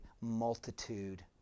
multitude